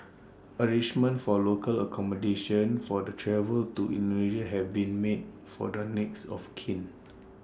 arrangements for local accommodation for the travel to Indonesia have been made for the next of kin